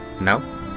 No